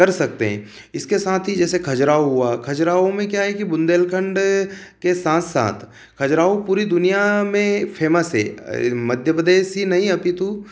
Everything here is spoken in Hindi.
कर सकते है इसके साथ ही जैसे खजुराहो हुआ खजुराहो में क्या है कि बुंदेलखंड के साथ साथ खजुराहो पूरी दुनिया में फेमस है मध्यप्रदेश ही नहीं अपितु